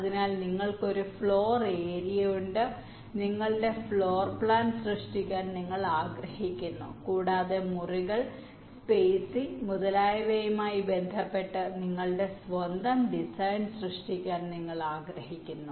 അതിനാൽ നിങ്ങൾക്ക് ഒരു ഫ്ലോർ ഏരിയയുണ്ട് നിങ്ങളുടെ ഫ്ലോർ പ്ലാൻ സൃഷ്ടിക്കാൻ നിങ്ങൾ ആഗ്രഹിക്കുന്നു കൂടാതെ മുറികൾ സ്പെയ്സിംഗ് മുതലായവയുമായി ബന്ധപ്പെട്ട് നിങ്ങളുടെ സ്വന്തം ഡിസൈൻ സൃഷ്ടിക്കാൻ നിങ്ങൾ ആഗ്രഹിക്കുന്നു